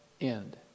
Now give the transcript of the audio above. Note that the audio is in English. end